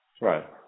Right